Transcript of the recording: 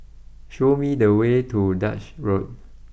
show me the way to Duchess Road